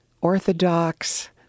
orthodox